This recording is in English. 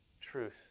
truth